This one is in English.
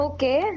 Okay